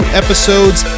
episodes